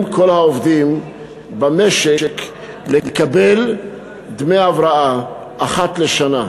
כל העובדים במשק לקבל דמי הבראה אחת לשנה.